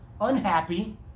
unhappy